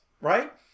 right